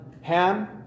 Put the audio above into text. Ham